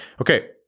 Okay